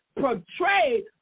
Portrayed